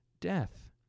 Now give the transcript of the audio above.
death